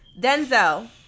Denzel